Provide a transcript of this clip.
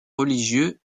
religieux